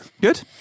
Good